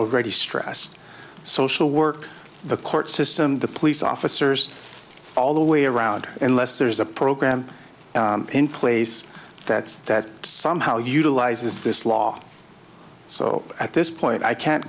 already stressed social work the court system the police officers all the way around unless there's a program in place that's that somehow utilizes this law so at this point i can't